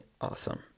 awesome